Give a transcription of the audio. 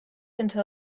until